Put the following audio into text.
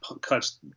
cuts